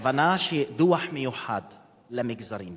הכוונה שיהיה דוח מיוחד למגזרים